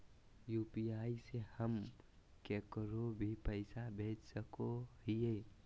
UPI से हम केकरो भी पैसा भेज सको हियै?